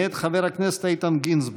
מאת חבר הכנסת איתן גינזבורג.